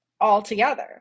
altogether